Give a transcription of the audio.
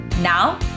Now